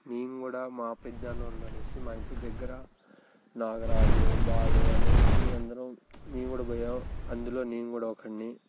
నేను కూడా మా పెదనాన్న వాళ్ళు అనేసి మా ఇంటి దగ్గర నాగరాజు బాలు అనేసి మేము అందరం మేము కూడా పోయే వాళ్ళము అందులో నేను కూడా ఒకడిని